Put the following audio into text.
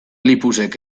lipusek